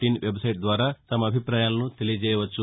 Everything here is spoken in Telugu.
ఇన్ వెబ్సైట్ ద్వారా తమ అభిపాయాలను తెలియచేయవచ్చు